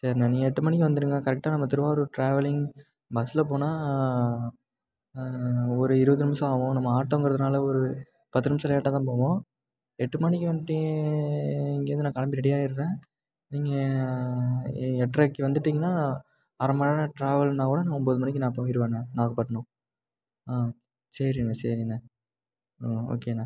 சரிண்ண நீங்கள் எட்டு மணிக்கு வந்துடுங்க கரெக்ட்டாக நம்ம திருவாரூர் ட்ராவலிங் பஸ்சில் போனால் ஒரு இருபது நிமிஷம் ஆகும் நம்ம ஆட்டோங்கிறதுனால் ஒரு பத்து நிமிஷம் லேட்டாக தான் போவோம் எட்டு மணிக்கு வந்துட்டு இங்கேருந்து நான் கிளம்பி ரெடி ஆகிடுறேன் நீங்கள் எட்டரைக்கு வந்துவிட்டிங்னா அரை மணி நேரம் ட்ராவல்னால் கூட நான் ஒம்பது மணிக்கு நான் போயிடுவேண்ண நாகப்பட்டினம் ஆ சரிண்ண சரிண்ண ம் ஓகேண்ண